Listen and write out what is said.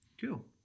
cool